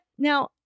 Now